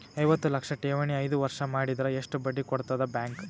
ಐವತ್ತು ಲಕ್ಷ ಠೇವಣಿ ಐದು ವರ್ಷ ಮಾಡಿದರ ಎಷ್ಟ ಬಡ್ಡಿ ಕೊಡತದ ಬ್ಯಾಂಕ್?